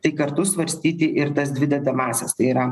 tai kartu svarstyti ir tas dvi dedamąsias tai yra